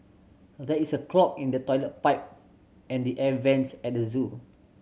there is a clog in the toilet pipe and the air vents at the zoo